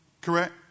Correct